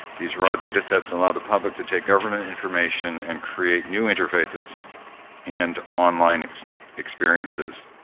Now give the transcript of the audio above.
these raw datasets allow the public to take government information and create new interfaces and online experiences.